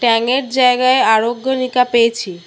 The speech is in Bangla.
ট্যাংয়ের জায়গায় আরোগ্যনিকা পেয়েছি